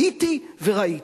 הייתי וראיתי.